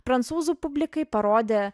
prancūzų publikai parodė